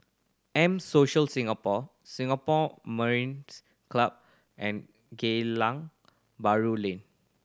M Social Singapore Singapore Mariners' Club and Geylang Bahru Lane